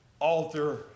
altar